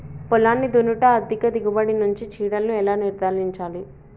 పొలాన్ని దున్నుట అధిక దిగుబడి నుండి చీడలను ఎలా నిర్ధారించాలి?